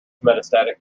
metastatic